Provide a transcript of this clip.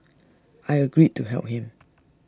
I agreed to help him